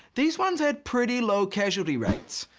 these ones had pretty low casualty rates.